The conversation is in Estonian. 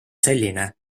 selline